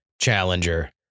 challenger